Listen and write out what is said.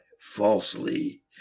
falsely